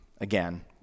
again